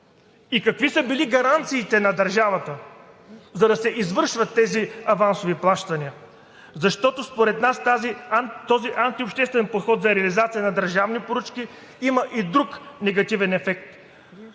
Какви са били гаранциите на държавата, за да се извършват тези авансови плащания? Защото според нас този антиобществен подход за реализация на държавни поръчки има и друг негативен ефект